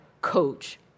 coach